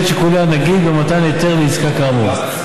שיקולי הנגיד במתן היתר לעסקה כאמור.